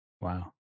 Wow